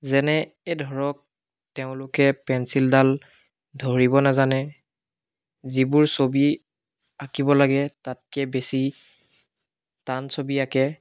যেনে এই ধৰক তেওঁলোকে পেঞ্চিলডাল ধৰিব নাজানে যিবোৰ ছবি আঁকিব লাগে তাতকৈ বেছি টান ছবি আঁকে